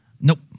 Nope